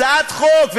הצעת חוק,